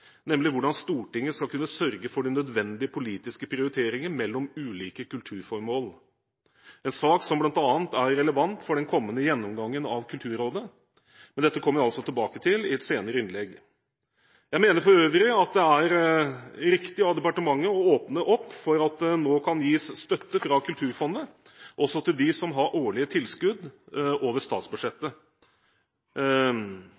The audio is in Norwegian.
nemlig hvordan Stortinget skal kunne sørge for den nødvendige politiske prioriteringen mellom ulike kulturformål, en sak som bl.a. er relevant for den kommende gjennomgangen av Kulturrådet. Men dette kommer jeg altså tilbake til i et senere innlegg. Jeg mener for øvrig at det er riktig av departementet å åpne opp for at det nå kan gis støtte fra Kulturfondet også til dem som har årlige tilskudd over